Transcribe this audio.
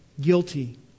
guilty